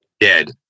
dead